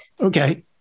Okay